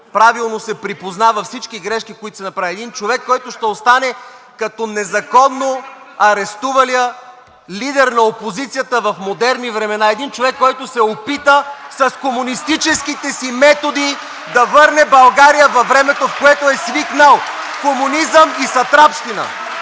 правилно се припозна във всички грешки, които се направиха. Един човек, който ще остане като незаконно арестувалия лидер на опозицията в модерни времена, един човек, който се опита с комунистическите си методи да върне България във времето, в което е свикнал – комунизъм и сатрапщина.